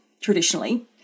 traditionally